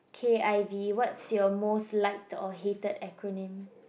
K_I_V what's your most liked or hated acronym